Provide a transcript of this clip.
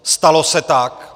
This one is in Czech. Stalo se tak.